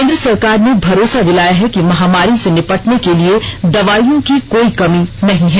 केन्द्र सरकार ने भरोसा दिलाया है कि महामारी से निपटने के लिए दवाइयों की कोई कमी नहीं है